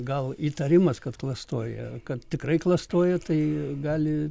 gal įtarimas kad klastoja kad tikrai klastoja tai gali